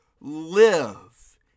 live